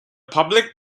public